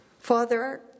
Father